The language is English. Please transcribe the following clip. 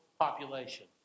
population